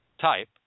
type